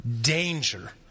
danger